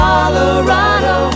Colorado